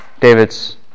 David's